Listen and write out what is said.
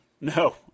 no